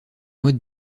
mode